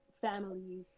families